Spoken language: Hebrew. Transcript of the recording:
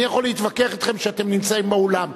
אני יכול להתווכח אתכם כשאתם נמצאים באולם.